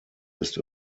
ist